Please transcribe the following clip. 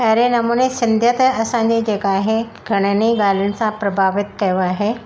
अहिड़े नमूने सिंधियत असांजी जेका आहे घणनि ई ॻाल्हियुनि सां प्रभावित कयो आहे